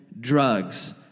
drugs